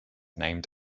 named